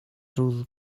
rul